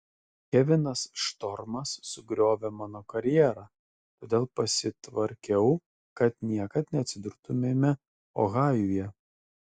kevinas štormas sugriovė mano karjerą todėl pasitvarkiau kad niekad neatsidurtumėme ohajuje